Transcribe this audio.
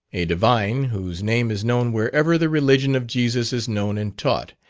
a divine, whose name is known wherever the religion of jesus is known and taught,